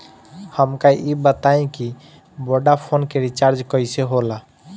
हमका ई बताई कि वोडाफोन के रिचार्ज कईसे होला?